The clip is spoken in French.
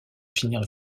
finir